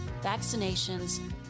vaccinations